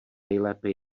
nejlépe